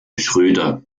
schröder